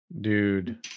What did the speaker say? Dude